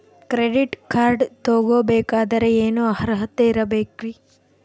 Credit card ತೊಗೋ ಬೇಕಾದರೆ ಏನು ಅರ್ಹತೆ ಇರಬೇಕ್ರಿ?